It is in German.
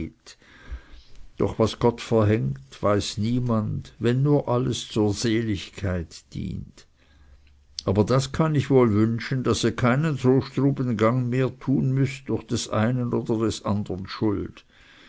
doch was gott verhängt weiß niemand wenn nur alles zur seligkeit dienet aber das kann ich wohl wünschen daß ihr keinen so struben gang mehr tun müßt durch des einen oder andern schuld